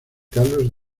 carlos